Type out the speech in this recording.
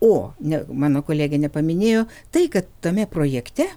o ne mano kolegė nepaminėjo tai kad tame projekte